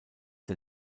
der